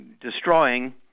destroying